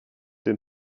den